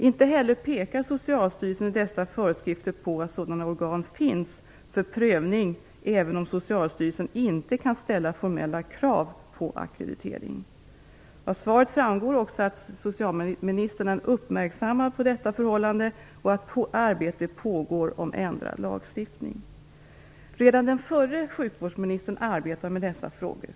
Inte heller pekar Socialstyrelsen i dessa föreskrifter på att sådana organ finns för prövning, även om Socialstyrelsen inte kan ställa formella krav på ackreditering. Av svaret framgår också att socialministern är uppmärksammad på detta förhållande och att arbete för att ändra lagstiftningen pågår. Redan den förre sjukvårdsministern arbetade med dessa frågor.